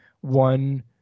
one